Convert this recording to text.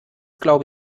glaube